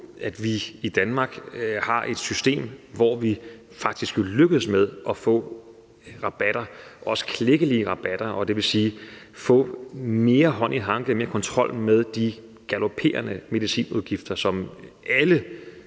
at vi i Danmark har et system, hvor vi faktisk er lykkedes med at få rabatter, også klækkelige rabatter, dvs. få mere hånd i hanke og mere kontrol med de galoperende medicinudgifter, som i